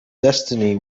destiny